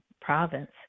province